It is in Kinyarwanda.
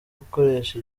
gukoresha